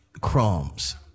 crumbs